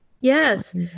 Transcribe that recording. Yes